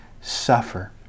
suffer